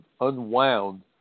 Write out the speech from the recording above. unwound